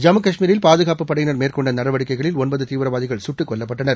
ஜம்மு கஷ்மீரில் பாதுகாப்புப் படையினர் மேற்கொண்டநடவடிக்கைகளில் ஒன்பதுதீவிரவாதிகள் சுட்டுக் கொல்லப்பட்டனர்